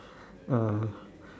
uh